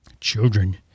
Children